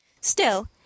Still